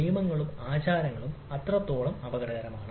നിയമങ്ങളും ആചാരങ്ങളും എത്രത്തോളം അപകടകരമാണ്